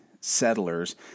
settlers